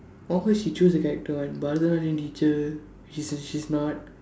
confirm she choose her character one பரதநாட்டியம்:parathanaatdiyam teacher she's s~ she's not